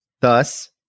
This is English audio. Thus